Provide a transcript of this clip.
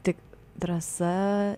tik drąsa